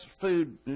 food